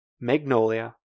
Magnolia